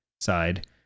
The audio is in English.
side